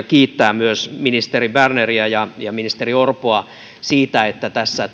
kiittää myös ministeri berneriä ja ja ministeri orpoa siitä että tässä